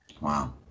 Wow